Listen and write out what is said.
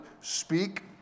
speak